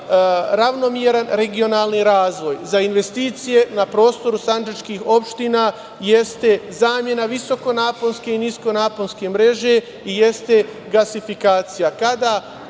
ravnomeran regionalni razvoj za investicije na prostoru sandžačkih opština jeste zamena visokonaponske i niskonaponske mreže i jeste gasifikacija.